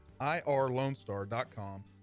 IRLoneStar.com